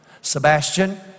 Sebastian